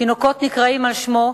תינוקות נקראים על שמו.